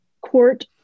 court